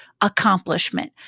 accomplishment